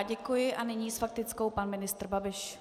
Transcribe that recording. Děkuji a nyní s faktickou pan ministr Babiš.